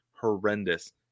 horrendous